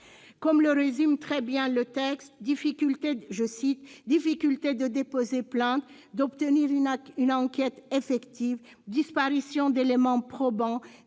Comme le résume très bien le rapport, « difficulté de déposer plainte, d'obtenir une enquête effective, disparition d'éléments probants,